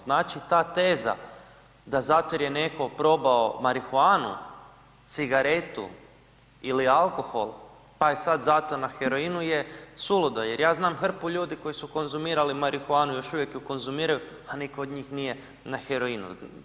Znači, ta teza da zato jer je neko probao marihuanu, cigaretu ili alkohol, pa je sad zato na heroinu je suludo jer ja znam hrpu ljudi koji su konzumirali marihuanu, još uvijek ju konzumiraju, a niko od njih nije na heroinu.